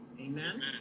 Amen